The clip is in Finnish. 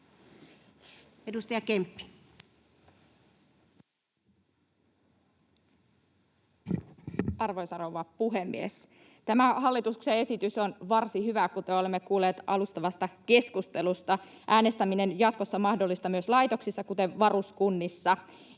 Edustaja Kemppi. Arvoisa rouva puhemies! Tämä hallituksen esitys on varsin hyvä, kuten olemme kuulleet alustavasta keskustelusta. Äänestäminen on jatkossa mahdollista myös laitoksissa, kuten varuskunnissa,